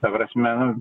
ta prasme